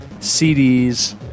CDs